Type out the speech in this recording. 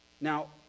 Now